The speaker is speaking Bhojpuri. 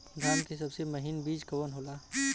धान के सबसे महीन बिज कवन होला?